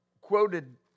quoted